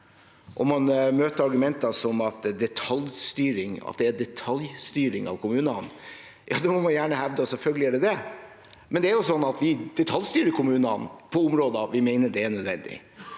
Man møter også argumenter som at det er detaljstyring av kommunene – ja, det må man gjerne hevde, og selvfølgelig er det det, men det er jo sånn at vi detaljstyrer kommunene på områder der vi mener det er nødvendig.